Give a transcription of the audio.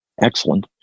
Excellent